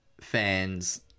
fans